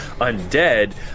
undead